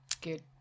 good